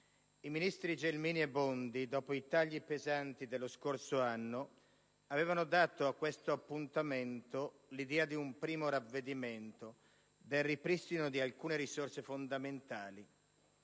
I ministri Gelmini e Bondi, dopo i pesanti tagli dello scorso anno, avevano dato a questo appuntamento l'idea di un primo ravvedimento nel ripristino di alcune risorse fondamentali.